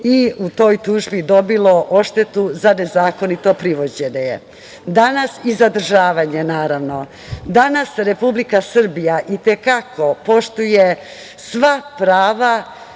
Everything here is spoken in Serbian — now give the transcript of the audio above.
i u toj tužbi dobilo odštetu za nezakonito privođenje i zadržavanje, naravno. Danas Republika Srbija i te kako poštuje sva prava,